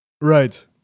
Right